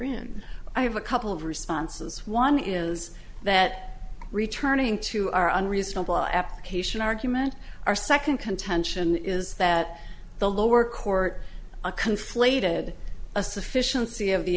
in i have a couple of responses one is that returning to our unreasonable application argument our second contention is that the lower court conflated a sufficiency of the